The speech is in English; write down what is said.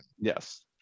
Yes